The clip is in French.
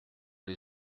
les